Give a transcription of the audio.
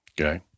Okay